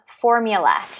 formula